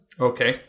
okay